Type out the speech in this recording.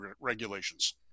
regulations